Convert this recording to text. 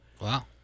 Wow